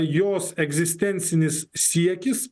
jos egzistencinis siekis